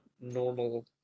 normal